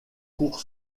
cour